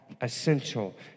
essential